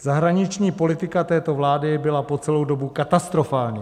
Zahraniční politika této vlády byla po celou dobu katastrofální.